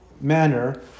manner